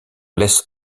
laisse